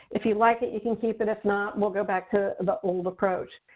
if you like it, you can keep it. if not, we'll go back to the old approach.